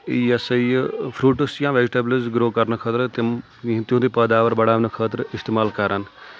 یہِ سا یہِ فروٗٹٕس یا ویجِٹیبٕلز گرو کرنہٕ خٲطرٕ تِم تِہُنٛدٕے پٲداوار بَڑاونہٕ خٲطرٕ استعمال کران